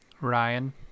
Ryan